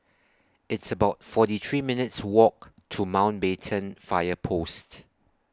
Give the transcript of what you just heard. It's about forty three minutes' Walk to Mountbatten Fire Post